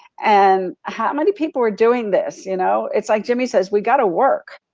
and how many people are doing this, you know, it's like jimmy says we gotta work.